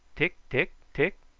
tick, tick, tick!